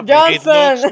Johnson